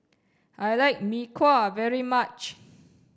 I like mee kuah very much